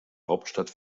hauptstadt